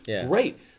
Great